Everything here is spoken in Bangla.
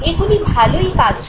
এগুলি ভালোই কাজ করে